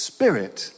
Spirit